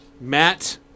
Matt